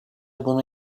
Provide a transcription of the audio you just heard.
bunu